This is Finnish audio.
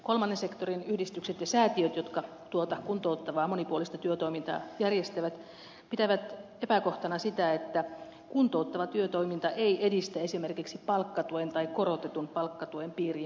kolmannen sektorin yhdistykset ja säätiöt jotka tuota kuntouttavaa monipuolista työtoimintaa järjestävät pitävät epäkohtana sitä että kuntouttava työtoiminta ei edistä esimerkiksi palkkatuen tai korotetun palkkatuen piiriin pääsyä